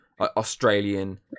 Australian